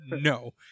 No